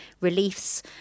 reliefs